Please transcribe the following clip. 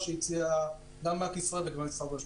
שהציעו גם בנק ישראל וגם משרד המשפטים.